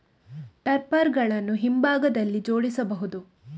topper ಗಳನ್ನು ಹಿಂಭಾಗದಲ್ಲಿ ಜೋಡಿಸಬಹುದು